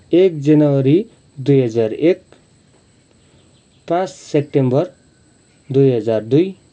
एक जनवरी दुई हजार एक पाँच सेप्टेम्बर दुई हजार दुई